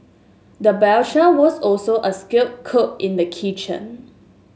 the was also a skilled cook in the kitchen